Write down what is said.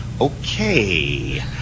Okay